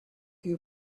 your